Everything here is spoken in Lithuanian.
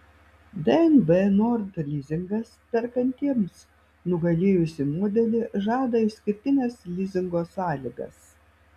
dnb nord lizingas perkantiems nugalėjusį modelį žada išskirtines lizingo sąlygas